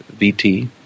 VT